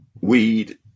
weed